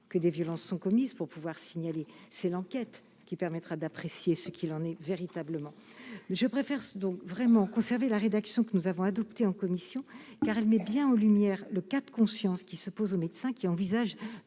que des violences sont commises pour pouvoir signaler c'est l'enquête qui permettra d'apprécier ce qu'il en est véritablement je préfère donc vraiment, vous savez la rédaction que nous avons adopté en commission, car elle met bien en lumière le cas de conscience qui se pose aux médecins qui envisage